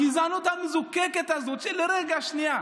הגזענות המזוקקת הזאת של רגע, שנייה,